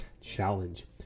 Challenge